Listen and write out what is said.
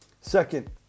Second